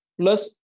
plus